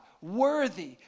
worthy